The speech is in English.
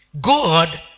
God